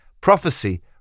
Prophecy